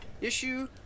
issue